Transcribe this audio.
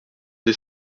des